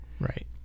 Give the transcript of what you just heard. Right